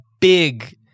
big